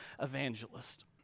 evangelist